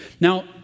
Now